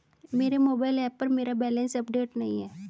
मेरे mobile app पर मेरा बैलेंस अपडेट नहीं है